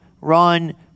run